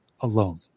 alone